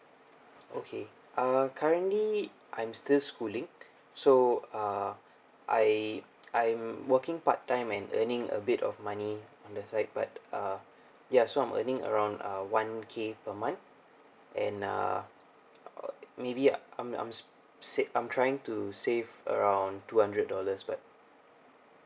okay uh currently I'm still schooling so uh I I'm working part time and earning a bit of money on the side but uh ya so I'm earning around uh one K per month and uh maybe I'm I'm save I'm trying to save around two hundred dollar but